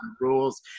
rules